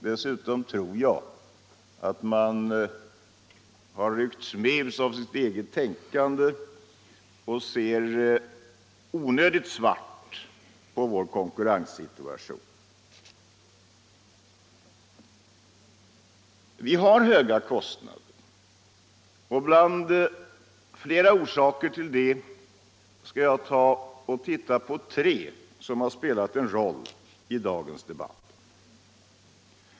Dessutom tror jag att man har ryckts med av sitt eget tänkande och ser onödigt svart på vår konkurrenssituation. Visst har vi ett högt kostnadsläge, och bland flera orsaker till det skall jag nämna tre som har spelat en roll i dagens debatt.